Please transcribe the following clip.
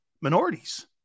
minorities